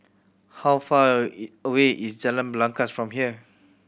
how far a it away is Jalan Belangkas from here